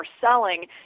selling